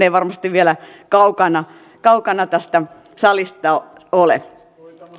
ei varmasti vielä kaukana kaukana tästä salista ole